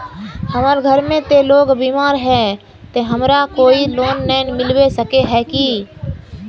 हमर घर में ते लोग बीमार है ते हमरा कोई लोन नय मिलबे सके है की?